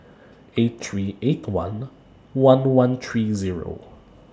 eight three eight one one one three Zero